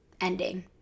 ending